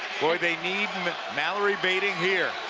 boy, they need mallory badding here.